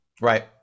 Right